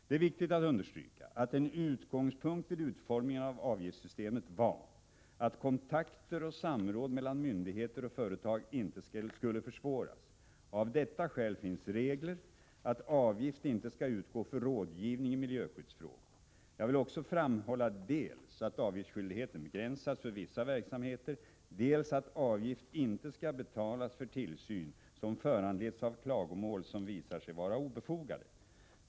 Det är viktigt att understryka att en utgångspunkt vid utformningen av avgiftssystemet var att kontakter och samråd mellan myndigheter och företag inte skulle försvåras. Av detta skäl finns regler att avgift inte skall utgå för rådgivning i miljöskyddsfrågor. Jag vill också framhålla dels att avgiftsskyldigheten begränsats för vissa verksamheter, dels att avgift inte skall betalas för tillsyn som föranleds av klagomål som visar sig vara obefogade.